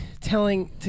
telling